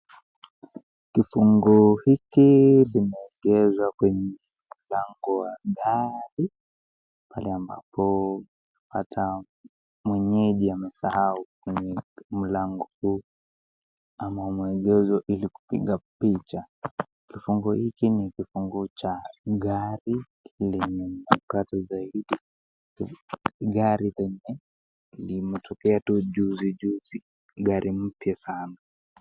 Kifungo hiki kimeegezwa kwenye mlango wa gari, pale ambapo pata mwenyeji amesahau kwenye mlango huu, ama amewaegevo ili kupiga picha. Kifungo hiki ni kifungo cha gari lenye mkato zaidi. Gari lenyewe limetokea tu juzi juzi. Gari mpya sana.